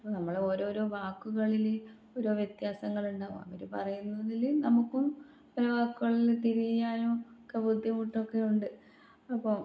അപ്പോൾ നമ്മൾ ഓരോരോ വാക്കുകളിൽ ഓരോ വ്യത്യാസങ്ങളുണ്ടാകും അവർ പറയുന്നതിൽ നമുക്കും ചില വാക്കുകളിൽ തിരിയാനും ഒക്കെ ബുദ്ധിമുട്ടൊക്കെ ഉണ്ട് അപ്പം